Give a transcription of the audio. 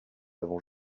avons